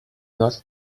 your